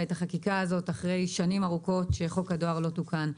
את החקיקה הזאת אחרי שנים ארוכות שחוק הדואר לא תוקן.